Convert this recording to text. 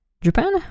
Japan